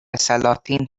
سلاطین